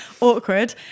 Awkward